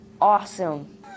Awesome